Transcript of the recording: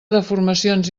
deformacions